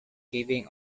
giving